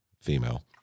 female